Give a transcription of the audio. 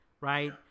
right